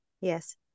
Yes